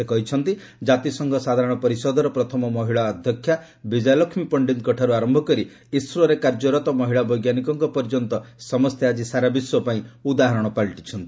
ସେ କହିଛନ୍ତି ଜାତିସଂଘ ସାଧାରଣ ପରିଷଦର ପ୍ରଥମ ମହିଳା ଅଧ୍ୟକ୍ଷା ବିଜୟାଲକ୍ଷ୍ମୀ ପଣ୍ଡିତଙ୍କଠାରୁ ଆରମ୍ଭ କରି ଇସ୍ରୋରେ କାର୍ଯ୍ୟରତ ମହିଳା ବୈଜ୍ଞାନିକଙ୍କ ପର୍ଯ୍ୟନ୍ତ ସମସ୍ତେ ଆଳି ସାରା ବିଶ୍ୱପାଇଁ ଉଦାହରଣ ପାଲଟିଛନ୍ତି